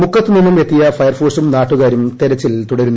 മുക്കത്ത് നിന്നും എത്തിയ ഫയർഫോഴ്സും നാട്ടുകാരും തെരച്ചിൽ തുടരുന്നു